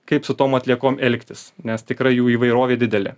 kaip su tom atliekom elgtis nes tikrai jų įvairovė didelė